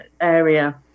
area